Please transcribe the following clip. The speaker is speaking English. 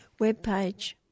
webpage